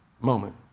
moment